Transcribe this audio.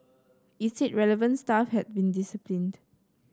it said relevant staff had been disciplined